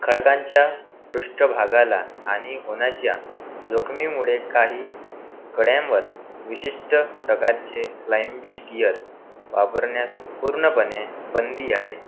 खडकांच्या पृष्टभागाला हानी होण्याच्या जोखमीमुळे काही कड्यांवर विशिष्ट प्रकारचे क्लाइम्बिक गिअर वापरण्यास पूर्णपणे बंदी आहे